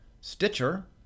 Stitcher